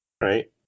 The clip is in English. Right